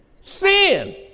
Sin